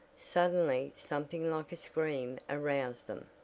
suddenly something like a scream aroused them.